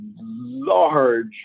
large